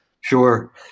Sure